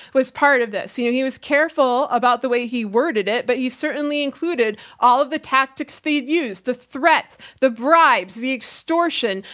was part of this. you know, he was careful about the way he worded it, but he certainly included all of the tactics they use the threats, the bribes, the extortion,